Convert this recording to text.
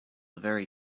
very